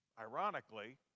Ironically